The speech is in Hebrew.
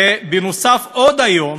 בנוסף, היום